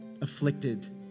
afflicted